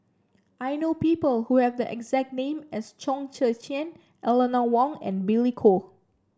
I know people who have the exact name as Chong Tze Chien Eleanor Wong and Billy Koh